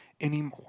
anymore